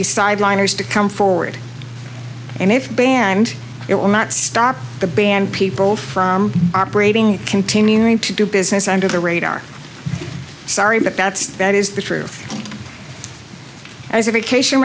the sideline ors to come forward and if banned it will not stop the band people from operating continuing to do business under the radar sorry but that's that is the truth as a vacation